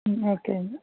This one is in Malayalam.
ഓക്കെയെന്നാൽ